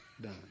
done